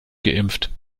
geimpft